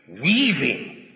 weaving